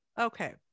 Okay